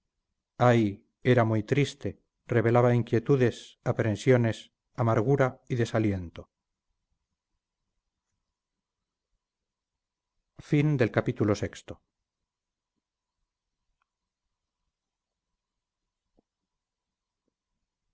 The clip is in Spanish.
ay era muy triste revelaba inquietudes aprensiones amargura y desaliento